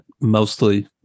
mostly